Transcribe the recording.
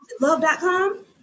Love.com